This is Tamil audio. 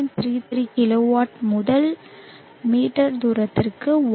33 கிலோவாட் முதல் மீட்டர் சதுரத்திற்கு 1